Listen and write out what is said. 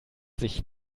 sich